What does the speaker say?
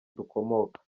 dukomoka